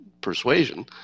persuasion